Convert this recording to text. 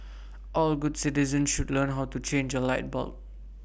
all good citizens should learn how to change A light bulb